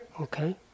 Okay